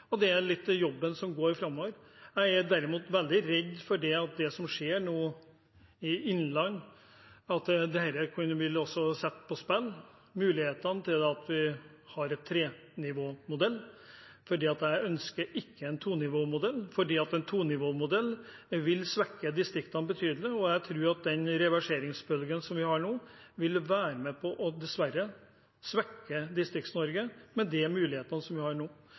er derimot veldig redd for at det som nå skjer i Innlandet, kan sette mulighetene for å ha en trenivåmodell på spill. Jeg ønsker ikke en tonivåmodell, fordi en tonivåmodell vil svekke distriktene betydelig. Jeg tror den reverseringsbølgen vi har nå, dessverre vil være med på å svekke Distrikts-Norge og de mulighetene vi har.